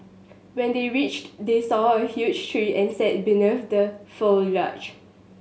when they reached they saw a huge tree and sat beneath the